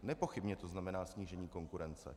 Nepochybně to znamená snížení konkurence.